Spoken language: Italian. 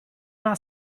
una